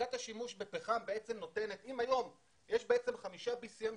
יש היום 5 BCM,